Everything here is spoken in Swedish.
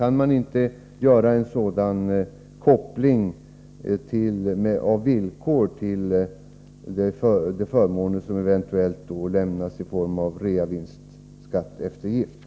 Kan man inte göra en sådan koppling av villkor till de förmåner som eventuellt lämnas i form av reavinstskatteeftergift?